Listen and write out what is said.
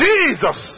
Jesus